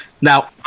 Now